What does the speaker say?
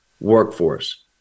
workforce